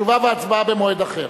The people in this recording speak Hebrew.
תשובה והצבעה במועד אחר.